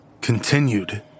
continued